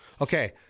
Okay